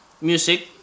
music